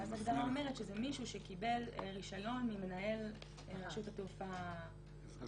ואז ההגדרה אומרת שזה מישהו שקיבל רישיון ממנהל רשות התעופה האזרחית.